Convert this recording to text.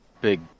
big